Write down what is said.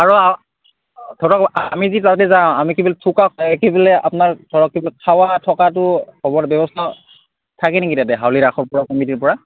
আৰু ধৰক আমি যি যাওঁতে যাওঁ আমি কি থকা কি বোলে আপোনাৰ ধৰক কি খােৱা থকাটো হ'ব ব্যৱস্থা থাকে নেকি তাতে হাউলি ৰাখৰ পৰা কমিটিৰ পৰা